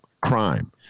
crime